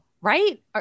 right